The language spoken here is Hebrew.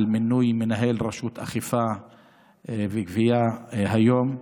על מינוי מנהל רשות האכיפה והגבייה היום,